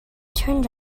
turns